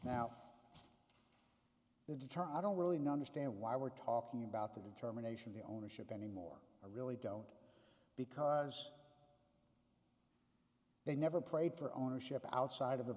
now the deter i don't really know understand why we're talking about the determination the ownership anymore or really don't because they never prayed for ownership outside of the